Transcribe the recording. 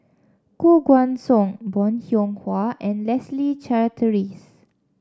Koh Guan Song Bong Hiong Hwa and Leslie Charteris